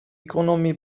économie